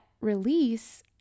release